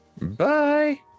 Bye